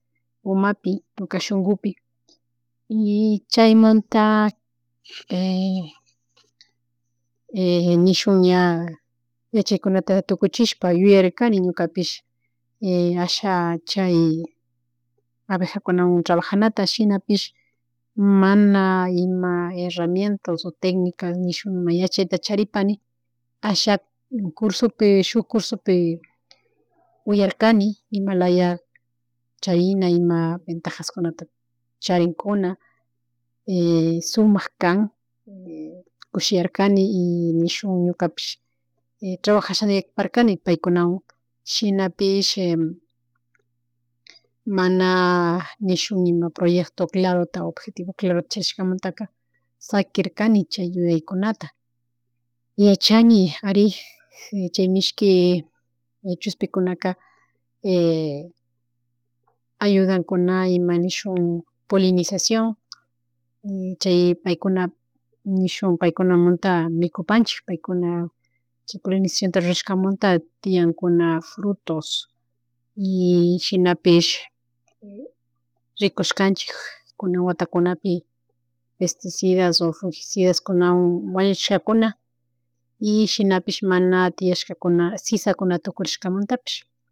Umapi ñuka shunkupi, y chaymanta nishun ña chaykunata tukuchishpa yuyrarirkani ñukapish asha chay abejakunawan trabajanata shinapish mana ima herramientas o tencnicas nishuk ima yachayta charipani, asha cursopi, shuk cursupi uyarkani imalaya, chay ima ventajas kunata charinkuna sumak kan, kushiyarkani y nishuk ñukapish trabajashaniparkani paykunawan shinapish, mana nishun ima proyecto clarota, objetivo clarota charishkamanta shakirirkani chay yuyaykunata, yachani ari chay mishki chushpikunaka ayudunkanuna ima nishun polinizaciòn, chay paykuna nishuk paykunamunta mikupanchik paykuna chay polinisacion rurashkamanta tiyankuna frutos, y shinapish rikushkanchik kuna watakunapi, pesticidas o fungicidas kunawan wañuchishkakuna y shinapish mana tiyashkuna sisakuna tukurtishkamantapish.